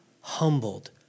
humbled